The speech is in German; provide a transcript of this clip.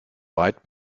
weit